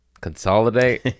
Consolidate